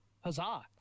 Huzzah